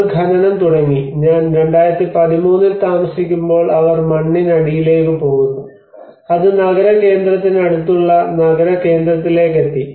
അവർ ഖനനം തുടങ്ങി ഞാൻ 2013 ൽ താമസിക്കുമ്പോൾ അവർ മണ്ണിനടിയിലേക്ക് പോകുന്നു അത് നഗര കേന്ദ്രത്തിനടുത്തുള്ള നഗര കേന്ദ്രത്തിലേക്ക് എത്തി